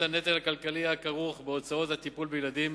הנטל הכלכלי הכרוך בהוצאות הטיפול בילדים